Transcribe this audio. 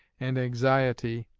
and anxiety